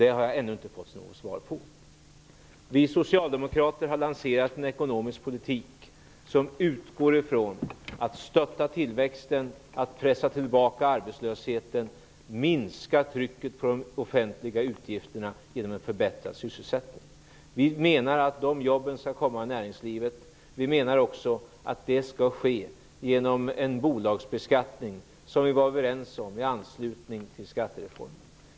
Det har jag ännu inte fått något svar på. Vi socialdemokrater ha lanserat en ekonomisk politik som utgår från att stötta tillväxten, att pressa tillbaka arbetslösheten, minska trycket på de offentliga utgifterna genom att förbättra sysseslsättningen. Vi menar att de jobben skall skapas i näringslivet. Vi menar också att det skall ske genom en bolagsbeskattning som vi var överens om i samband med skattereformen.